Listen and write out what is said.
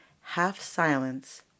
half-silence